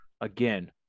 again